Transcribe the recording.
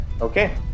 Okay